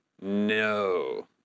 No